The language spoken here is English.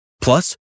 Plus